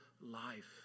life